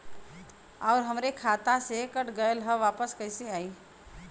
आऊर हमरे खाते से कट गैल ह वापस कैसे आई?